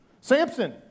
Samson